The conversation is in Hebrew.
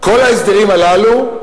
כל ההסדרים הללו,